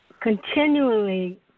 Continually